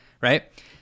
right